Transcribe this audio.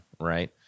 right